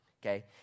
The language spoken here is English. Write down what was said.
okay